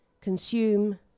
consume